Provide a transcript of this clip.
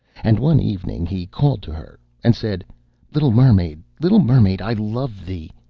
and one evening he called to her, and said little mermaid, little mermaid, i love thee.